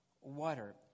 water